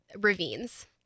ravines